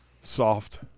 Soft